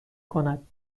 کند